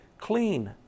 clean